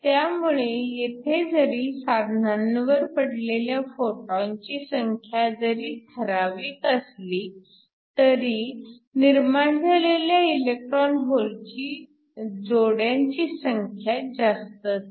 त्यामुळे तेथे जरी साधनावर पडलेल्या फोटॉन ची संख्या जरी ठराविक असली तरी निर्माण झालेल्या इलेक्ट्रॉन होल जोड्यांची संख्या जास्त असते